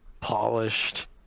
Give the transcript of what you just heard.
polished